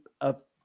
up